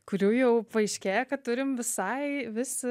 kurių jau paaiškėjo kad turim visai vis